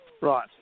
Right